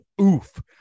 Oof